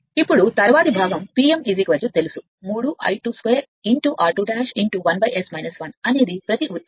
ఇప్పుడు తరువాతి భాగం P m తెలుసు 3 I22 r2 1 S 1 అనేది ప్రతి ఉత్పత్తికి యాంత్రికం